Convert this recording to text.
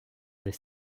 des